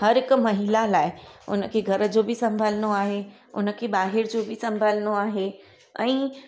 हर हिक महिला लाइ उनखे घर जो बि संभालनो आहे उनखे ॿाहिरि जो बि संभालनो आहे ऐं